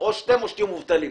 או תהיו מובטלים.